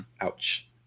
Ouch